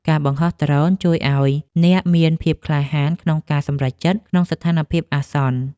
ការបង្ហោះដ្រូនជួយឱ្យអ្នកមានភាពក្លាហានក្នុងការសម្រេចចិត្តក្នុងស្ថានភាពអាសន្ន។